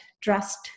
trust